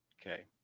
Okay